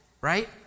right